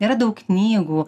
yra daug knygų